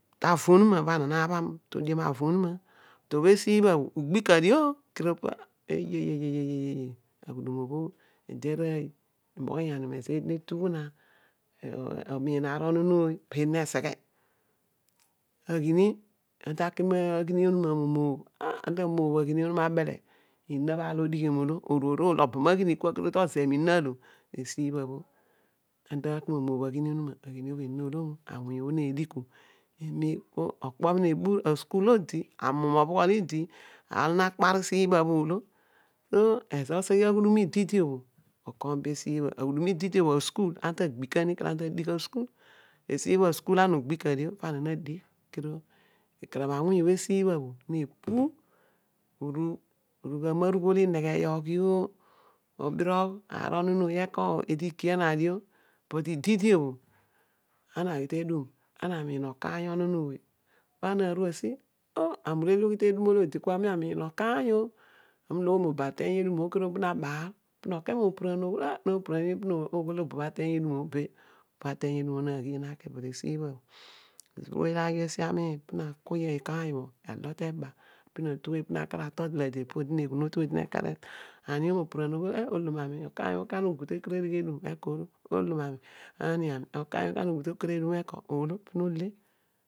Ta aro onuma obha ana na bham to diom avo onuma but obho esibha ugbi kadio aghini eedi arooy aami unoghonyan dio mezo eed ne tugh na emiin aar onon ooy peedi neseghe aghin ana ta ke ma aghin oblel eena bho ezo lo orool olo cena bho aar olo odighion olo ana ta ze nini miina bho esibho ana taki moobh aghini onuma ana olo sibha okpo nebur amuum obhoghol idi ana tu asi ah aami urele ughi usi te edum oh kua aami amiin okany oh aami uloghomio mobo ateeny edum bho okany obho na baar po noke mopuraaan ogh opuruan nini pomiin obo ateeny edum obho be obo ateeny edum bho na ghiil naki kedio esibha bho amem ana umiion okaany bho ana na gu aseghe a logh teeba onuma podi ne eghunutu odi nekar otol dlade ele mikany obho ani bho opuruan mezo odi abol ateeny okany bho kana ngu te edighen olom aami ani anmi okany bho ka na ugu teedighen asi olo pu note